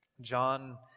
John